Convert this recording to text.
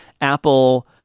Apple